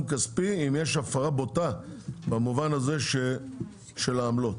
כספי אם יש הפרה בוטה במובן הזה של העמלות,